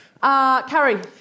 Carrie